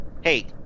hey